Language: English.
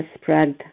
spread